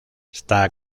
está